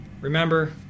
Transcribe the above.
Remember